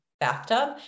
bathtub